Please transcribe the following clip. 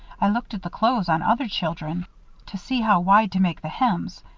i looked at the clothes on other children to see how wide to make the hems,